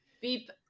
beep